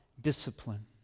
discipline